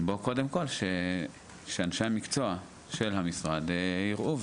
קודם כול שאנשי המקצוע של המשרד יראו.